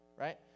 right